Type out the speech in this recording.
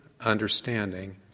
understanding